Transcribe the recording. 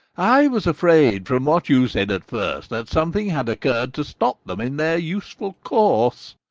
i was afraid, from what you said at first, that something had occurred to stop them in their useful course,